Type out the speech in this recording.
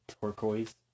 turquoise